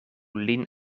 lin